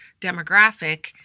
demographic